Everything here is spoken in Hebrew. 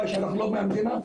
מה אנחנו לא מהמדינה?